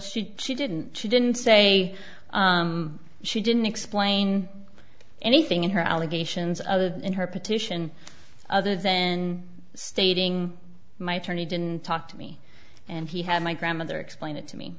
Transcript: she she didn't she didn't say she didn't explain anything in her allegations other than her petition other then stating my attorney didn't talk to me and he had my grandmother explain it to me